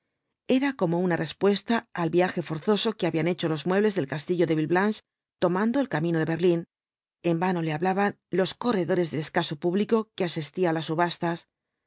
era como una respuesta al viaje forzoso que habían hecho los muebles del castillo de villeblanche tomando el camino de berlín en vano le hablaban los corredores del escaso público que asistía á las subastas no